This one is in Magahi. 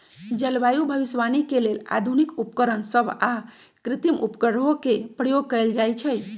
जलवायु भविष्यवाणी के लेल आधुनिक उपकरण सभ आऽ कृत्रिम उपग्रहों के प्रयोग कएल जाइ छइ